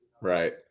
Right